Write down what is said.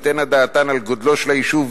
תיתנה דעתן על גודלו של היישוב,